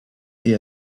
see